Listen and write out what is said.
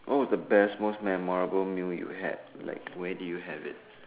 what was the best most memorable meal you had like where did you have it